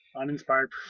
Uninspired